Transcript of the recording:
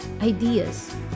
ideas